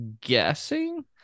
guessing